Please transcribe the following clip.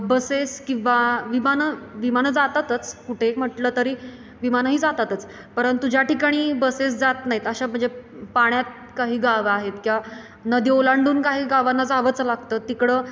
buses किंवा विमानं विमानं जातातच कुठेही म्हटलं तरी विमानंही जातातच परंतु ज्या ठिकाणी बसेस जात नाहीत अशा म्हणजे पाण्यात काही गावं आहेत किंवा नदी ओलांडून काही गावांना जावंच लागतं तिकडं